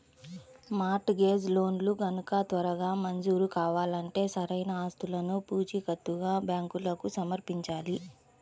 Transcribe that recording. mart gauge లోన్లు గనక త్వరగా మంజూరు కావాలంటే సరైన ఆస్తులను పూచీకత్తుగా బ్యాంకులకు సమర్పించాలి